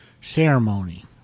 Ceremony